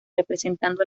representando